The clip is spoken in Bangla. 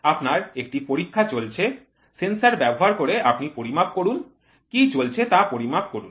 আপনার একটি পরীক্ষা চলছে সেন্সর ব্যবহার করে আপনি পরিমাপ করুন কী চলছে তা পরিমাপ করুন